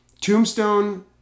Tombstone